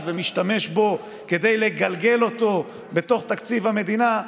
ומשתמש בו כדי לגלגל אותו בתוך תקציב המדינה,